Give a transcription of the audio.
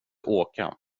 åka